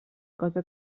cosa